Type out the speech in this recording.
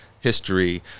history